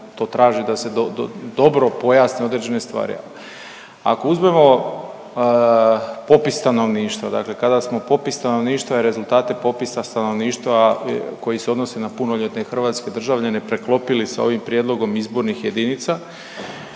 to traži da se dobro pojasne određene stvari. Ako uzmemo popis stanovništva, dakle kada smo popis stanovništva i rezultate popisa stanovništva koji se odnose na punoljetne hrvatske državljane preklopili sa ovim prijedlogom izbornih jedinica